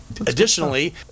Additionally